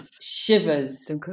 shivers